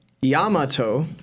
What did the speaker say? Yamato